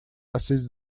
assist